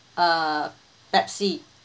err pepsi